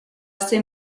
ser